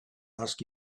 ask